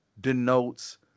denotes